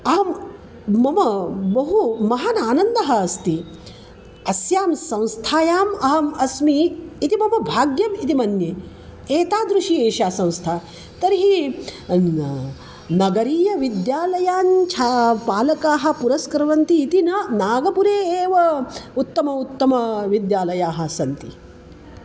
अहं मम बहु महान् आनन्दः अस्ति अस्यां संस्थायाम् अहम् अस्मि इति मम भाग्यम् इति मन्ये एतादृशी एषा संस्था तर्हि न नगरीयविद्यालयान् छा पालकाः पुरस्कुर्वन्ति इति न नागपुरे एव उत्तमाः उत्तमविद्यालयाः सन्ति